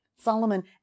Solomon